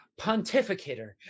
pontificator